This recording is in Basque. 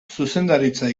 zuzendaritza